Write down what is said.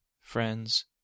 friends